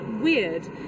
weird